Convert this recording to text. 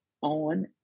on